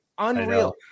unreal